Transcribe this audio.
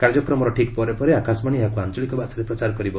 କାର୍ଯ୍ୟକ୍ରମର ଠିକ୍ ପରେ ପରେ ଆକାଶବାଣୀ ଏହାକୁ ଆଞ୍ଚଳିକ ଭାଷାରେ ପ୍ରଚାର କରିବ